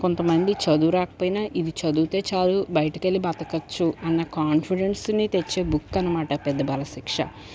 కొంతమంది చదువు రాకపోయినా ఇది చదివితే చాలు బయటికి వెళ్లి బ్రతకచ్చు అన్న కాన్ఫిడెన్స్ని తెచ్చే బుక్ అనమాట పెద్ద బాల శిక్ష